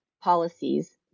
policies